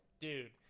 Dude